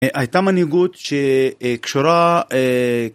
הייתה מנהיגות שקשורה...